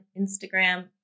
Instagram